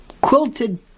Quilted